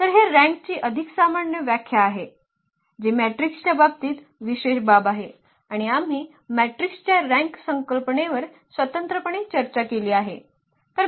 तर हे रँकची अधिक सामान्य व्याख्या आहे जी मॅट्रिक्सच्या बाबतीत विशेष बाब आहे आणि आम्ही मॅट्रिक्सच्या रँक संकल्पनेवर स्वतंत्रपणे चर्चा केली आहे